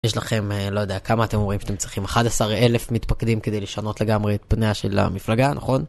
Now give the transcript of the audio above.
יש לכם לא יודע כמה אתם רואים שאתם צריכים 11 אלף מתפקדים כדי לשנות לגמרי את פניה של המפלגה נכון?